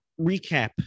recap